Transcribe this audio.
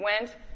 went